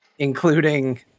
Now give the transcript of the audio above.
including